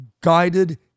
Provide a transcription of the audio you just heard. guided